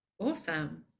Awesome